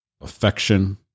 affection